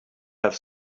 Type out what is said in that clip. have